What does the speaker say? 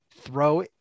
throw